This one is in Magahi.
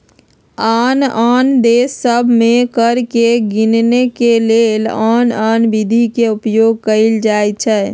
आन आन देश सभ में कर के गीनेके के लेल आन आन विधि के उपयोग कएल जाइ छइ